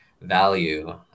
value